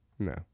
No